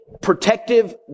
protective